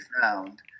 found